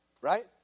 Right